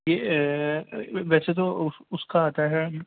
ویسے تو اس کا آتا ہے